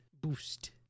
Boost